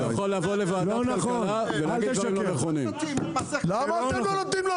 אתה יכול לבוא לוועדת כלכלה ולהגיד דברים לא נכונים.